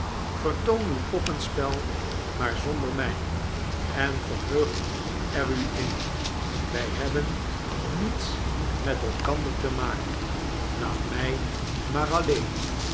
vertoont uw poppenspel maar zonder mij en verheugt er u in wij hebben niets met elkander te maken laat mij maar alleen